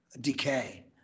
decay